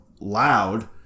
loud